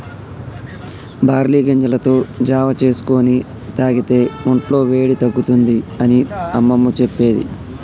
barley గింజలతో జావా చేసుకొని తాగితే వొంట్ల వేడి తగ్గుతుంది అని అమ్మమ్మ చెప్పేది